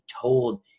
told